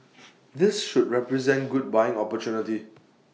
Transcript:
this should represent good buying opportunity